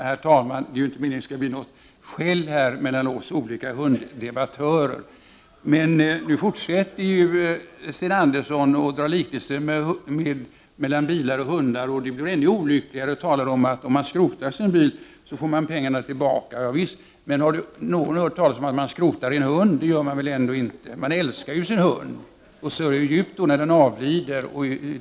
Herr talman! Det är inte meningen att det skall bli något skäll här mellan oss hunddebattörer, men nu fortsätter ju Sten Andersson i Malmö att göra liknelser mellan bilar och hundar, och de blir ännu olyckligare. Han säger att om man skrotar sin bil, får man pengar tillbaka. Ja, visst, men har någon hört talas om att man skrotar en hund? Det gör man väl ändå inte. Man älskar ju sin hund och sörjer djupt när den avlider.